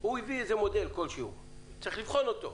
הוא הביא מודל וצריך לבחון אותו.